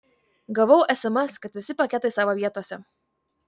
gavau sms kad visi paketai savo vietose